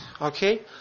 okay